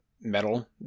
metal